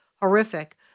horrific